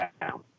down